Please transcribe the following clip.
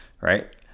right